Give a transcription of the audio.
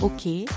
Okay